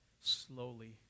slowly